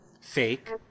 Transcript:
Fake